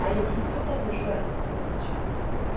heidi sauta de joie à cette proposition